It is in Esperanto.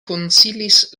konsilis